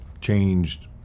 changed